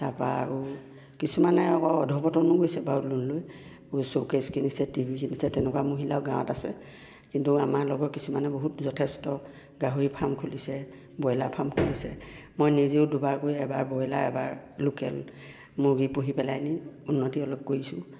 তাৰাপৰা আৰু কিছুমানে আকৌ অধঃপতনেও গৈছে বাৰু লোন লৈ এইবোৰ শ্ব'কেছ কিনিছে টি ভি কিনিছে তেনেকুৱা মহিলাও গাঁৱত আছে কিন্তু আমাৰ লগৰ কিছুমানে বহুত যথেষ্ট গাহৰি ফাৰ্ম খুলিছে ব্ৰইলাৰ ফাৰ্ম খুলিছে মই নিজেও দুবাৰকৈ এবাৰ ব্ৰইলাৰ এবাৰ লোকেল মুৰ্গী পুহি পেলাই এনেই উন্নতি অলপ কৰিছোঁ